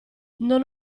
non